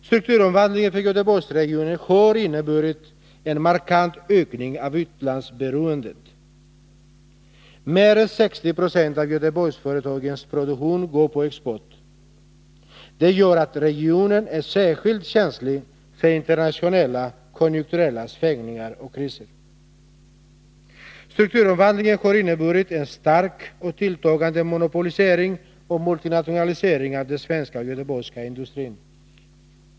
Strukturomvandlingen för Göteborgsregionen har inneburit en markant ökning av utlandsberoendet. Mer än 60 96 av Göteborgsföretagens produktion går på export. Därför är regionen särskilt känslig för internationella konjunkturella svängningar och kriser. Strukturomvandlingen har inneburit en stark och tilltagande monopolisering och multinationalisering av den svenska och göteborgska industrin.